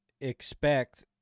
expect